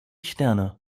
sterne